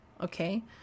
okay